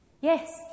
Yes